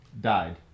died